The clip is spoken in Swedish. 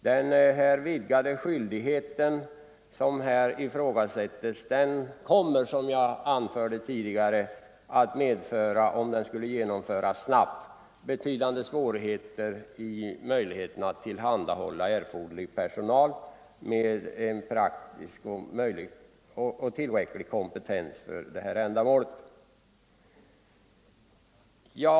Men som jag sade tidigare kommer den vidgade skyldighet som här ifrågasätts att medföra, om den genomförs snabbt, betydande svårigheter när det gäller möjligheterna att tillhandahålla erforderlig personal med praktisk erfarenhet och tillräcklig kompetens för uppgifterna.